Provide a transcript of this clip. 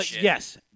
yes